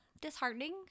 disheartening